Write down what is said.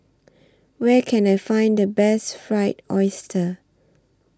Where Can I Find The Best Fried Oyster